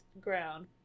ground